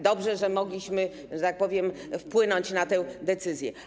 Dobrze, że mogliśmy, że tak powiem, wpłynąć na tę decyzję.